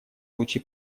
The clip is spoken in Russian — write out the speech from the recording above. лучи